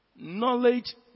Knowledge